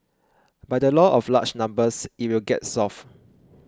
by the law of large numbers it will get solved